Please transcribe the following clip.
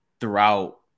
throughout